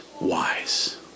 wise